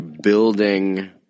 building